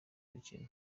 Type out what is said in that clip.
dukino